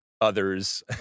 others